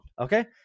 Okay